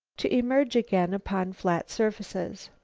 to emerge again upon flat surfaces.